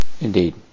Indeed